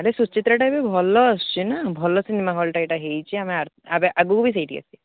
ଏବେ ସୁଚିତ୍ରାଟା ବି ଭଲ ଆସୁଛି ନା ଭଲ ସିନେମା ହଲ୍ଟା ଏଇଟା ହୋଇଛି ଆମେ ଆଗ ଆମେ ଆଗକୁ ବି ସେଇଠି ଆସିବା